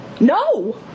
No